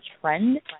trend